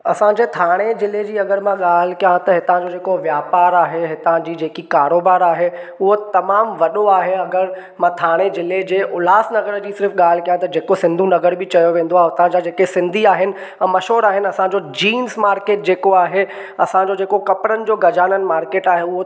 असांजे ठाणे ज़िले जी अगरि मां ॻाल्हि कयां त हितां जो जेको वापारु आहे हितां जी जेकी कारोबारु आहे उहो तमामु वॾो आहे अगरि मां ठाणे ज़िले जे उल्हासनगर जे सिर्फ़ ॻाल्हि कयां त जेको सिंधु नगर बि चयो वेंदो आहे हुतां जा जेके सिंधी आहिनि मशहूरु आहिनि असांजो जेको जींस मार्केट जेको आहे असांजो जेको कपिड़नि जो गजानन मार्केट आहे उहो